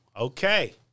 Okay